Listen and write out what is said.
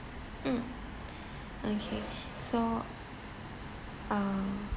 mm okay so uh